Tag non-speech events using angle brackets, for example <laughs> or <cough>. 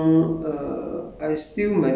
when I was there lor <laughs>